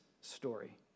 story